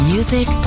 Music